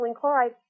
chloride